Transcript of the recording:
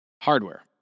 Hardware